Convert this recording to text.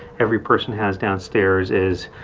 every person has downstairs is,